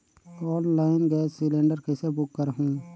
Online gas cylinder कइसे book करहु?